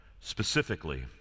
specifically